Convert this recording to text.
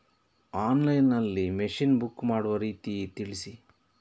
Online ನಲ್ಲಿ machine book ಮಾಡುವ ರೀತಿ ತಿಳಿಸಿ?